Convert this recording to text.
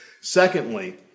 Secondly